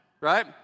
right